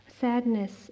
Sadness